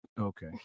Okay